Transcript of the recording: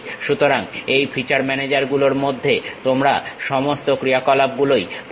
সুতরাং এই ফিচার ম্যানেজারগুলোর মধ্যে তোমরা সমস্ত ক্রিয়া কলাপ গুলোই পাবে